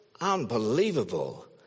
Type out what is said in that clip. unbelievable